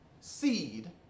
seed